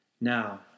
Now